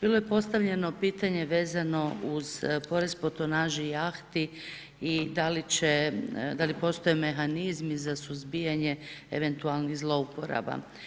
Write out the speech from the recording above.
Bilo je postavljeno pitanje vezano uz porez po tonaži jahti i da li postoje mehanizmi za suzbijanje eventualnih zlouporaba.